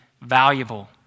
valuable